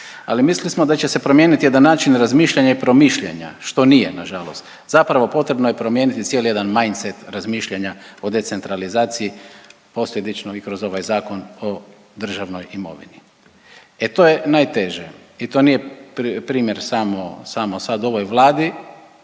ali mislili smo da će se promijeniti jedan način razmišljanja i promišljanja što nije na žalost. Zapravo potrebno je promijeniti cijeli jedan mind set razmišljanja o decentralizaciji posljedično i kroz ovaj zakon o državnoj imovini. E to je najteže i to nije primjer samo, samo sad ovoj Vladi.